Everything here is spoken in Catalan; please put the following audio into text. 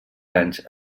anys